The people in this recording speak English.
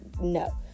no